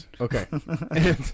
Okay